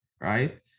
right